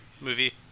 movie